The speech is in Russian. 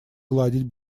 гладить